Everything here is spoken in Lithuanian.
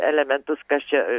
elementus kas čia